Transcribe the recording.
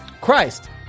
Christ